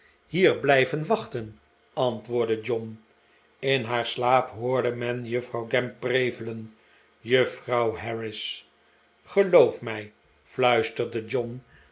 hier blijven wachten antwoordde john in haar slaap hoorde men juffrouw gamp prevelen juffrouw harris geloof mij fluisterde john